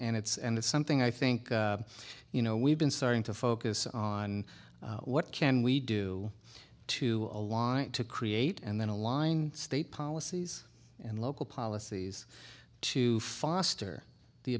it's and it's something i think you know we've been starting to focus on what can we do to align to create and then align state policies and local policies to foster the